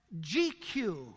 GQ